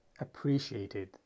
appreciated